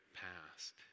past